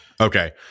Okay